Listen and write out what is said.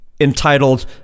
Entitled